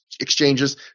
exchanges